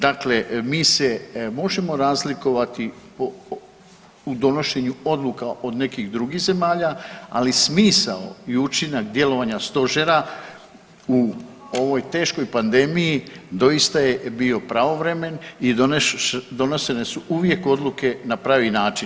Dakle, mi se možemo razlikovati u donošenju odluka od nekih drugih zemalja, ali smisao i učinak djelovanja stožera u ovoj teškoj pandemiji doista je bio pravovremen i donesene su uvijek odluke na pravi način.